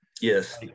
Yes